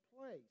place